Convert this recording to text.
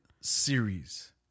series